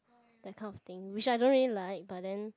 that kind of thing which I don't really like but then